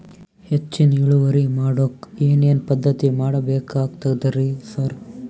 ಹೆಚ್ಚಿನ್ ಇಳುವರಿ ಮಾಡೋಕ್ ಏನ್ ಏನ್ ಪದ್ಧತಿ ಮಾಡಬೇಕಾಗ್ತದ್ರಿ ಸರ್?